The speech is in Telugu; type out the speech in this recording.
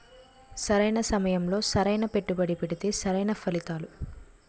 సరైన సమయంలో సరైన పెట్టుబడి పెడితే సరైన ఫలితాలు